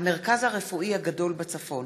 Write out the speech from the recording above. אמיר אוחנה, זהבה גלאון, עמיר פרץ, יואל חסון,